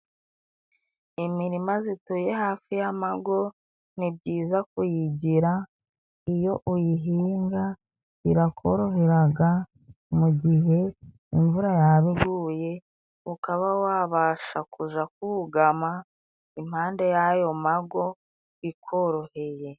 Imirima zituye hafi y'amago ni byiza kuyigira, iyo uyihinga irakoroheraga mu gihe imvura yaba iguye, ukaba wabasha kuja kugama impande y'ayo mago ikoroheye.